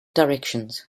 directions